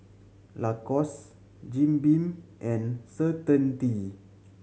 Lacoste Jim Beam and Certainty